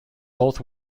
both